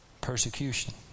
Persecution